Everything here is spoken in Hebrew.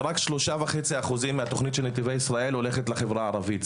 ורק 3.5% מהתוכנית של נתיבי ישראל הולכת לחברה הערבית.